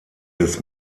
des